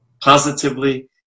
positively